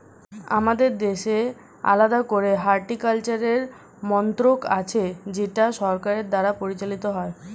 আমাদের দেশে আলাদা করে হর্টিকালচারের মন্ত্রক আছে যেটা সরকার দ্বারা পরিচালিত হয়